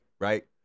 right